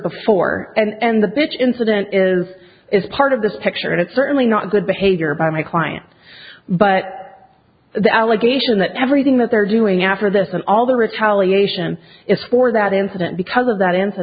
before and the bitch incident is is part of this picture and it's certainly not good behavior by my client but the allegation that everything that they're doing after this and all the retaliation is for that incident because of that